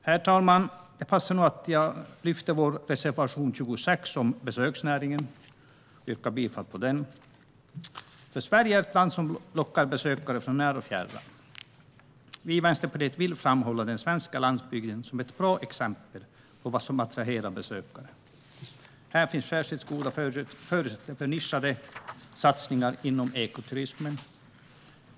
Herr talman! Här passar det nog att jag lyfter fram vår reservation 26 om besöksnäringen och yrkar bifall till den. Sverige är ett land som lockar besökare från när och fjärran. Vi i Vänsterpartiet vill framhålla den svenska landsbygden som ett bra exempel på vad som attraherar besökare. Här finns särskilt goda förutsättningar för nischade satsningar inom ekoturism.